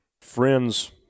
friends –